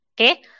okay